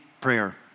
prayer